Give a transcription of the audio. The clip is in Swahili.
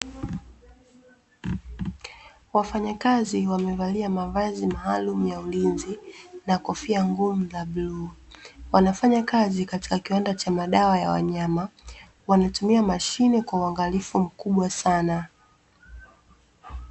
Wafanyakazi wamevalia mavazi maalumu ya ulinzi na kofia ngumu za bluu. Wanafanya kazi katika kiwanda cha madawa ya wanyama. Wanatumia mashine kwa uangalifu mkubwa sana.